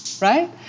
right